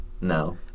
No